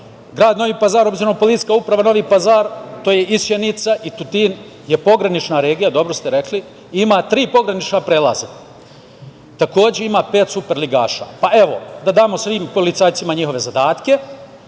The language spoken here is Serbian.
Grad Novi Pazar, odnosno PU Novi Pazar, to je i Sjenica i Tutin, je pogranična regija, dobro ste rekli i ima tri pogranična prelaza. Takođe, ima pet superligaša. Pa, evo da damo svim policajcima njihove zadatke,